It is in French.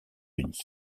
unis